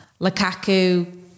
Lukaku